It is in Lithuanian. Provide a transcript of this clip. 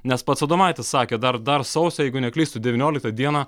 nes pats adomaitis sakė dar dar sausio jeigu neklystu devynioliktą dieną